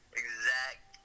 exact